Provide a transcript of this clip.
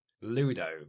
ludo